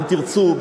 אם תרצו,